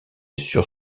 sur